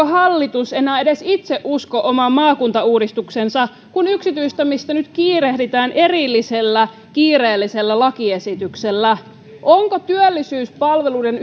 hallitus enää edes itse usko omaan maakuntauudistukseensa kun yksityistämistä nyt kiirehditään erillisellä kiireellisellä lakiesityksellä onko työllisyyspalveluiden